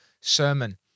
sermon